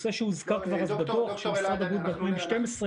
נושא שהוזכר כבר בדוח של משרד הבריאות ב-2012.